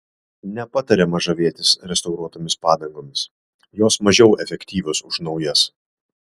nepatariama žavėtis restauruotomis padangomis jos mažiau efektyvios už naujas